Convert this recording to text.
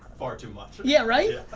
far too much yeah, right?